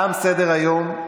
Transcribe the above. תם סדר-היום.